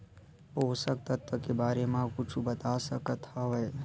पोषक तत्व के बारे मा कुछु बता सकत हवय?